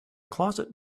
closet